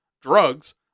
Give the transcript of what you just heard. drugs